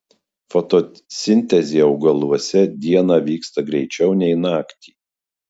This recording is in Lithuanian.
fotosintezė augaluose dieną vyksta greičiau nei naktį